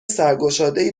سرگشادهای